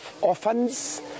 orphans